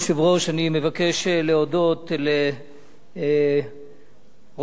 אני מבקש להודות לראש וראשון,